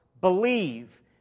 believe